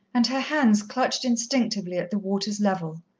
and her hands clutched instinctively at the water's level.